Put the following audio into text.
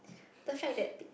the fact that